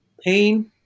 pain